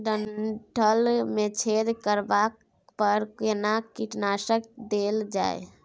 डंठल मे छेद करबा पर केना कीटनासक देल जाय?